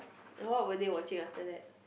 then what were they watching after that